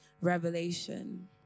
revelation